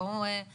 בואו נעשה פשיטא.